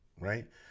right